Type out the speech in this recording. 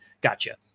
gotcha